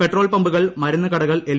petrol പമ്പുകൾ മരുന്ന് കടകൾ എൽ